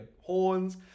horns